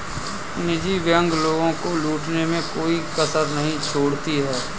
निजी बैंक लोगों को लूटने में कोई कसर नहीं छोड़ती है